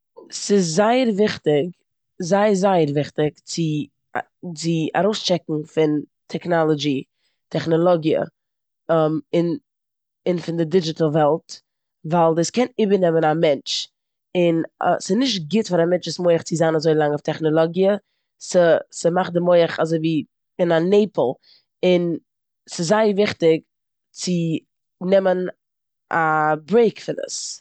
ס'איז זייער וויכטיג, זייער זייער וויכטיג, צו צו ארויסטשעקן פון טעקנאלאדשי- טעכנאלאגיע און- און פון די דידשיטעל וועלט ווייל דאס קען איבערנעמען א מענטש און ס'נישט גוט פאר א מענטש'ס מח צו זיין אזוי לאנג אויף טעכנאלאגיע. ס- ס'מאכט די מח אזויווי אין א נעפל און ס'זייער וויכטיג צו נעמען א ברעיק פון עס.